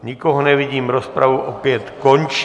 Nikoho nevidím, rozpravu opět končím.